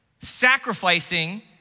sacrificing